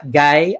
guy